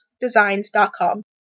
designs.com